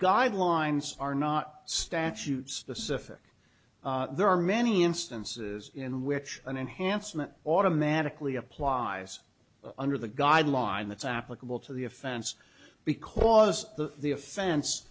guidelines are not statutes this effect there are many instances in which an enhancement automatically applies under the guideline that's applicable to the offense because the the offen